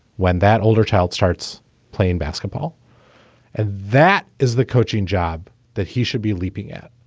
when that older child starts playing basketball and that is the coaching job that he should be leaping at.